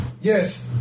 Yes